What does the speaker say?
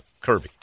Kirby